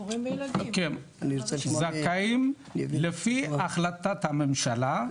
זכאים לפי החלטת הממשלה,